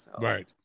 Right